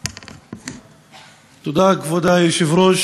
תודה, כבוד היושב-ראש,